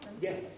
Yes